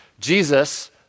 Jesus